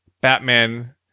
Batman